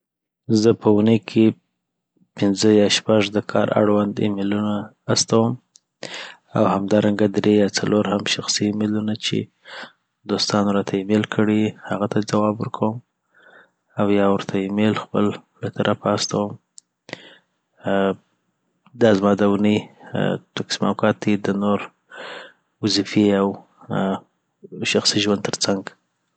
زه په اوني کي پنځه یا شپږ دکار اړوند ایمیلونه استوم او همدارنګه دري یا څلور هم شخصي ایمیلونه چي دوستانو راته ایمیل کړي یي هغه ته ځواب ورکوم. او یا ورته ایمیل خپل له طرفه استوم آ دا زما داونی تقسیم اوقات دی د نور وظیفی آ او شخصی ژوند ترڅنګ